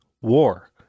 war